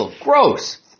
gross